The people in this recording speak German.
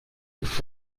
ist